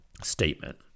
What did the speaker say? statement